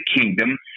Kingdom